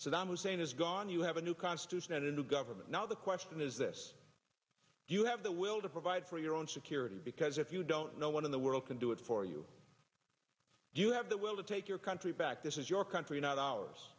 that hussein is gone you have a new constitution and into government now the question is this do you have the will to provide for your own security because if you don't no one in the world can do it for you do you have the will to take your country back this is your country not ours